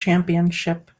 championship